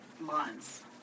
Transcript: months